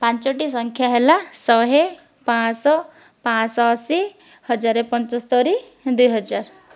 ପାଞ୍ଚଟି ସଂଖ୍ୟା ହେଲା ଶହେ ପାଞ୍ଚଶହ ପାଞ୍ଚଶହ ଅଶି ହଜାର ପଞ୍ଚସ୍ତରି ଦୁଇହଜାର